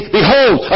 Behold